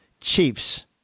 Chiefs